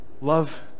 love